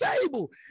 table